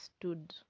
stood